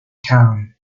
town